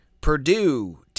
Purdue